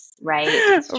right